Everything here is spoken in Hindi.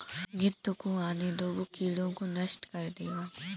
गिद्ध को आने दो, वो कीड़ों को नष्ट कर देगा